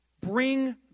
Bring